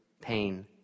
pain